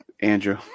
andrew